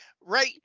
Right